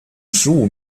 十五